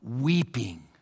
weeping